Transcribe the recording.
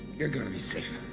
you're going to be safe.